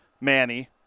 Manny